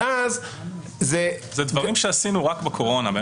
זה דברים שעשינו רק בתקופת הקורונה.